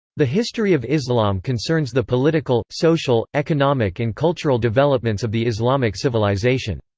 the history of islam concerns the political, social, economic and cultural developments of the islamic civilization.